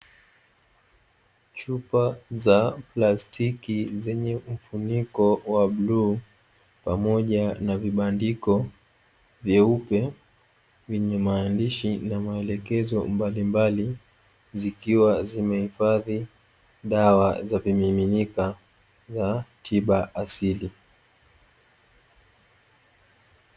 Chupa za plastiki zenye mifuniko wa bluu pamoja na vibandiko vyeupe vyenye maandishi na maelekezo mbalimbali, zikiwa zimehifadhi dawa za vimiminika za tiba asili.